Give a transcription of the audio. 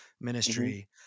ministry